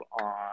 on